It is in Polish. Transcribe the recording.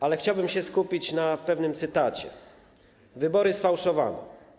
Ale chciałbym się skupić na pewnym cytacie: Wybory sfałszowano.